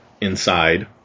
inside